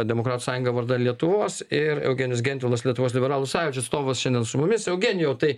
demokratų sąjunga vardan lietuvos ir eugenijus gentvilas lietuvos liberalų sąjūdžio atstovas šiandien su mumis eugenijau tai